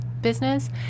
business